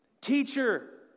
Teacher